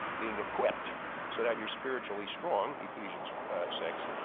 being equipped so that you're spiritually strong, ephesians six.